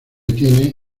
tiene